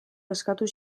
eskatu